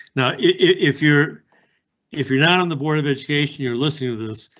now, if you're if you're not on the board of education, you're listening to this,